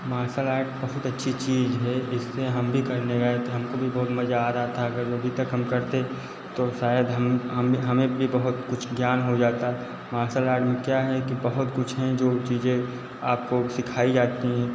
martial art बहुत अच्छी चीज़ है इससे हम भी करने गए थे हमको भी बहुत मज़ा आ रहा था अगर जो अभी तक हम करते तो शायद हम हम भी हमें भी बहुत कुछ ज्ञान हो जाता मार्सल आर्ट में क्या है कि बहुत कुछ हैं जो चीज़ें आपको सिखाई जाती हैं